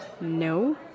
No